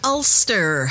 Ulster